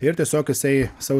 ir tiesiog jisai savo